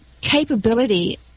capability